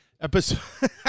Episode